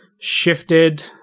shifted